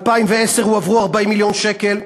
ב-2010 הועברו 40 מיליון שקל,